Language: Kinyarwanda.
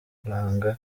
afrifame